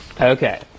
Okay